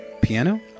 Piano